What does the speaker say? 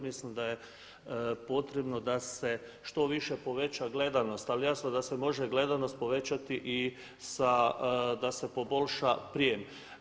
Mislim da je potrebno da se što više poveća gledanost ali jasno da se može gledanost povećati i sa da se poboljša prijem.